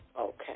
Okay